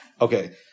Okay